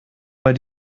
bei